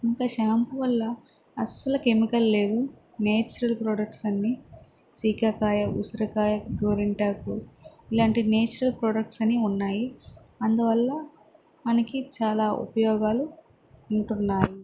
ఇంకా షాంపు వల్ల అస్సలు కెమికల్ లేవు నేచురల్ ప్రోడక్ట్స్ అన్ని సీకాకాయ ఉసిరికాయ గోరింటాకు ఇలాంటి నేచురల్ ప్రోడక్ట్స్ అని ఉన్నాయి అందువల్ల మనకి చాలా ఉపయోగాలు ఉంటున్నాయి